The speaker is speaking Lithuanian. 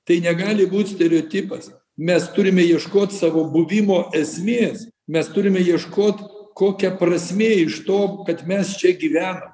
tai negali būt stereotipas mes turime ieškot savo buvimo esmės mes turime ieškot kokia prasmė iš to kad mes čia gyvenam